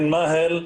עין מאהל,